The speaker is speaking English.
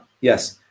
Yes